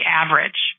average